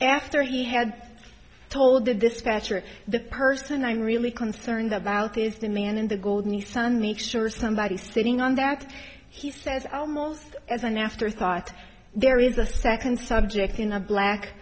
after he had told the dispatcher the person i'm really concerned about is the man in the golden sun make sure somebody sitting on that he says almost as an afterthought there is a second subject in a black